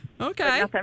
Okay